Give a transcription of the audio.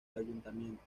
ayuntamiento